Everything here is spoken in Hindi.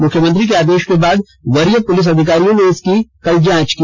मुख्यमंत्री के आदेश के बाद वरीय पुलिस अधिकारियों ने इसकी कल जांच की